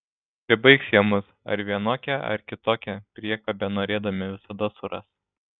pribaigs jie mus ar vienokią ar kitokią priekabę norėdami visada suras